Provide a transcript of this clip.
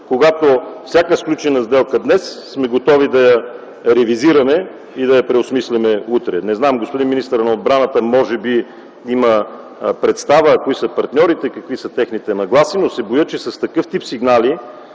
когато всяка сключена сделка днес сме готови да ревизираме и да я преосмислим утре? Не знам – господин министърът на отбраната може би има представа кои са партньорите, какви са техните нагласи, но се боя, че с такъв тип сигнали